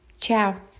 Ciao